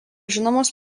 žinomas